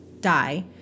die